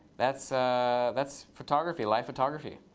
that's that's photography, live photography.